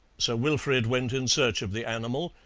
sir wilfrid went in search of the animal,